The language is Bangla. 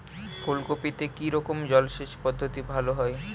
ফুলকপিতে কি রকমের জলসেচ পদ্ধতি ভালো হয়?